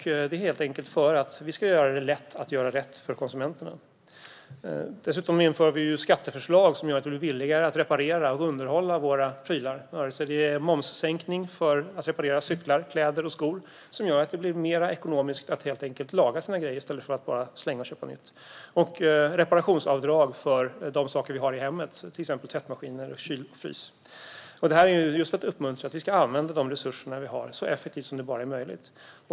Det är helt enkelt för att det ska vara lätt att göra rätt för konsumenterna. Dessutom genomför vi skatteförslag som gör det billigare och reparera och underhålla sina prylar. Det handlar om momssänkning för reparation av cyklar, kläder och skor. Det gör att det blir mer ekonomiskt att laga sina grejer i stället för att bara slänga och köpa nytt. Vi inför också reparationsavdrag för de saker som man har i hemmet, till exempel tvättmaskiner, kyl och frys. Syftet är att uppmuntra till att använda de resurser som finns så effektivt som möjligt.